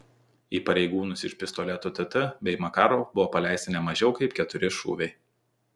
į pareigūnus iš pistoletų tt bei makarov buvo paleista ne mažiau kaip keturi šūviai